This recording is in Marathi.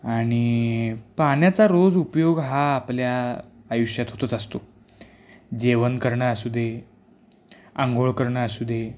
आणि पाण्याचा रोज उपयोग हा आपल्या आयुष्यात होतच असतो जेवण करणं असू दे अंघोळ करणं असू दे